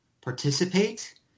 participate